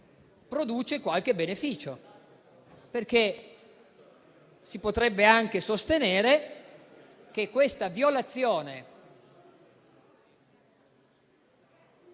produce qualche beneficio, perché si potrebbe anche sostenere che questa